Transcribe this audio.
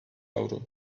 avro